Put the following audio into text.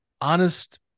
honest